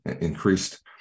increased